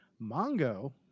Mongo